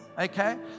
Okay